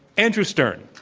andrew stern.